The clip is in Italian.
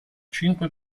cinque